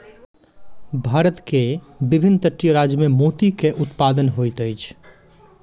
भारत के विभिन्न तटीय राज्य में मोती के उत्पादन होइत अछि